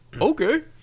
okay